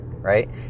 Right